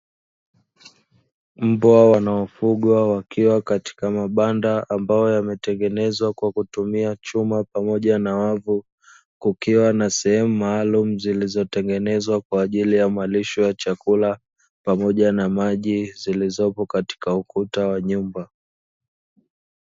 Mbwa wanaofugwa wakiwa katika mabanda, ambayo yametengenezwa kwa kutumia chuma pamoja na wavu. Kukiwa na sehemu maalumu zilizotengenezwa kwa ajili ya malisho ya chakula pamoja na maji, zilizopo katika ukuta wa nyumba .